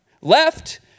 left